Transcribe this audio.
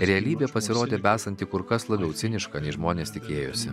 realybė pasirodė besanti kur kas labiau ciniška nei žmonės tikėjosi